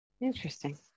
Interesting